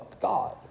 God